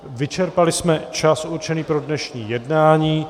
Vyčerpali jsme čas určený pro dnešní jednání.